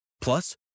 Plus